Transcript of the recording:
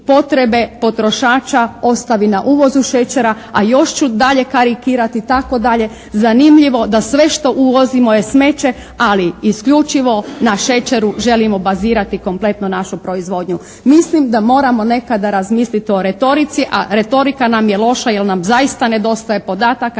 potrebe potrošača ostavi na uvozu šećera. A još ću dalje karikirati tako dalje zanimljivo da sve što uvozimo je smeće, ali isključivo na šećeru želimo bazirati kompletno našu proizvodnju. Mislim da moramo nekada razmisliti o retorici. A retorika nam je loša jer nam zaista nedostaje podataka.